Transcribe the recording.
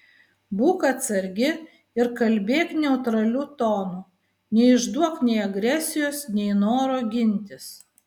būk atsargi ir kalbėk neutraliu tonu neišduok nei agresijos nei noro gintis